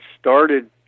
started